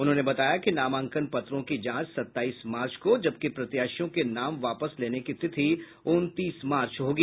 उन्होंने बताया कि नामांकन पत्रों की जांच सत्ताईस मार्च को जबकि प्रत्याशियों के नाम वापस लेने की तिथि उनतीस मार्च होगी